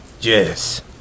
Yes